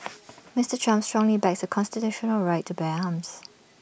Mister Trump strongly backs the constitutional right to bear arms